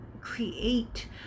create